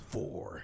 Four